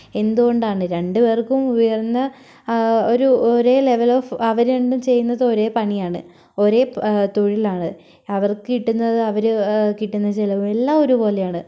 എന്തുകൊണ്ടാണ് രണ്ടുപേർക്കും ഉയർന്ന ഒരു ഒരേ ലെവൽ ഓഫ് അവർ രണ്ടും ചെയ്യുന്നത് ഒരേ പണി ആണ് ഒരേ തൊഴിൽ ആണ് അവർക്ക് കിട്ടുന്നത് അവർ കിട്ടുന്ന ചിലവ് എല്ലാം ഒരുപോലെയാണ്